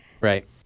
Right